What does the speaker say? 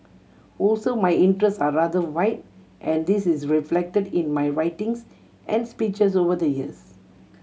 also my interest are rather wide and this is reflected in my writings and speeches over the years